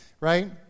right